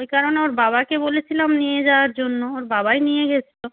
ওই কারণে ওর বাবাকে বলেছিলাম নিয়ে যাওয়ার জন্য ওর বাবাই নিয়ে গিয়েছিল